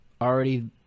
already